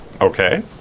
Okay